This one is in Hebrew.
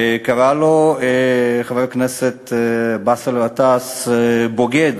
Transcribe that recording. קרא לו חבר הכנסת באסל גטאס "בוגד",